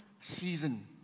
season